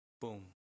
boom